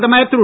பிரதமர் திரு